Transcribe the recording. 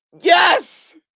Yes